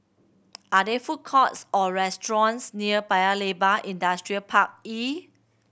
are there food courts or restaurants near Paya Ubi Industrial Park E